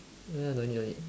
no no need no need